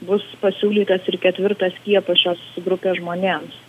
bus pasiūlytas ir ketvirtas skiepas šios grupės žmonėms